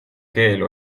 keel